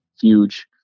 huge